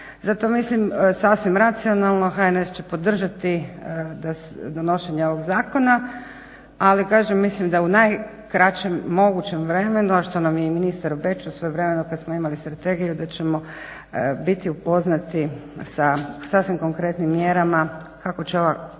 Zato mislim sasvim racionalno HNS će podržati donošenje ovog zakona, ali kažem mislim da u najkraćem mogućem vremenu a što nam je i ministar obećao svojevremeno kada smo imali strategiju da ćemo biti upoznati sa sasvim konkretnim mjerama kako će ova sanacija